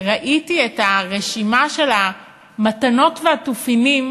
ראיתי את הרשימה של המתנות והתופינים